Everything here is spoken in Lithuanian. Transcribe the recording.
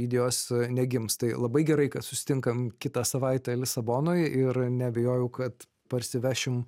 idėjos negims tai labai gerai kad susitinkam kitą savaitę lisabonoj ir neabejoju kad parsivešim